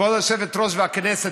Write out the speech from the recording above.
כבוד היושבת-ראש והכנסת,